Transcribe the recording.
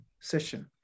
session